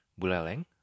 Buleleng